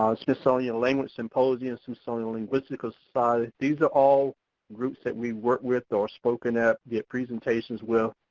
um smithsonian language symposium, smithsonian linguistical society, these are all groups that we work with or spoken at via presentations with.